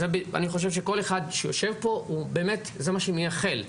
ואני חושב שכל אחד שיושב פה באמת זה מה שהוא מייחל.